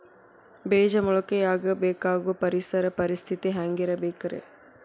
ಬೇಜ ಮೊಳಕೆಯಾಗಕ ಬೇಕಾಗೋ ಪರಿಸರ ಪರಿಸ್ಥಿತಿ ಹ್ಯಾಂಗಿರಬೇಕರೇ?